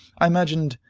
i imagined,